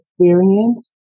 experience